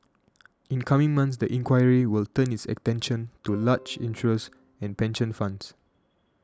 in coming months the inquiry will turn its attention to large insurers and pension funds